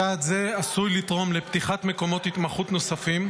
צעד זה עשוי לתרום לפתיחת מקומות התמחות נוספים,